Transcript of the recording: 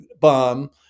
bomb